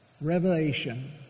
revelation